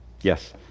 Yes